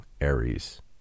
aries